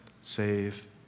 save